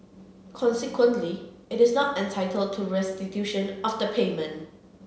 consequently it is not entitled to restitution of the payment